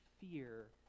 fear